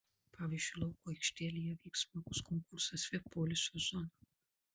pavyzdžiui lauko aikštelėje vyks smagus konkursas vip poilsio zona